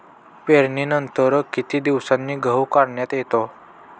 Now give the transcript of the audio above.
पेरणीनंतर किती दिवसांनी गहू काढण्यात येतो?